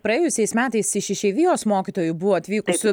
praėjusiais metais iš išeivijos mokytojų buvo atvykusių